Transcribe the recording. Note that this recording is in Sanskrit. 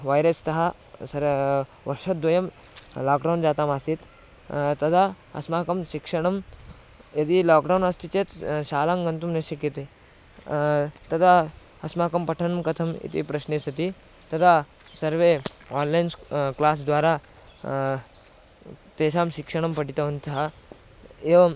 वैरस् तः सर्वं वर्षद्वयं लाक्डौन् जातमासीत् तदा अस्माकं शिक्षणं यदि लाक्डौन् अस्ति चेत् शालां गन्तुं न शक्यते तदा अस्माकं पठनं कथम् इति प्रश्ने सति तदा सर्वे आन्लैन् स्क् क्लास् द्वारा तेषां शिक्षणं पठितवन्तः एवं